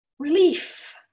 relief